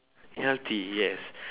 healthy yes